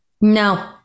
no